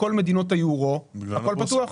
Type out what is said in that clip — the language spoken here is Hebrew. בכל מדינות היורו הכול פתוח,